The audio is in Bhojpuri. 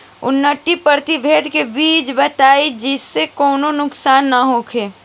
उन्नत प्रभेद के बीज बताई जेसे कौनो नुकसान न होखे?